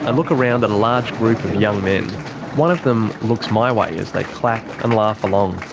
and look around at a large group of young men one of them looks my way as they clap and laugh along.